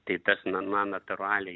tai tas na na natūraliai